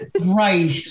Right